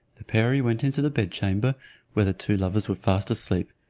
the perie went into the bed-chamber where the two lovers were fast asleep,